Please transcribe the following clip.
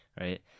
right